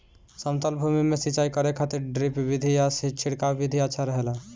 समतल भूमि में सिंचाई करे खातिर ड्रिप विधि या छिड़काव विधि अच्छा रहेला?